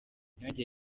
nanjye